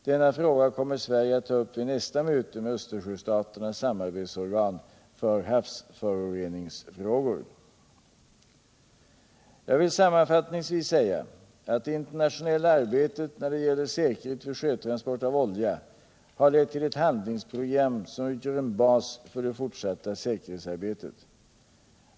Denna fråga kommer Sverige att ta upp vid nästa möte med Östersjöstaternas samarbetsorgan för havsföroreningsfrågor. Jag vill sammanfattningsvis säga att det internationella arbetet när det gäller säkerhet vid sjötransport av olja har lett till ett handlingsprogram som utgör en bas för det fortsatta säkerhetsarbetet.